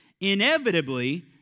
Inevitably